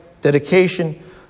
dedication